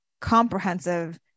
comprehensive